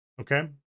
Okay